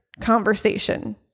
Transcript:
conversation